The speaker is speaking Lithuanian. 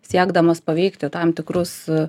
siekdamas paveikti tam tikrus